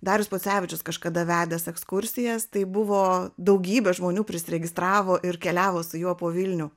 darius pocevičius kažkada vedęs ekskursijas tai buvo daugybė žmonių prisiregistravo ir keliavo su juo po vilnių